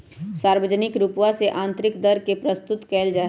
सार्वजनिक रूपवा से आन्तरिक दर के प्रस्तुत कइल जाहई